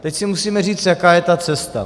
Teď si musíme říct, jaká je ta cesta.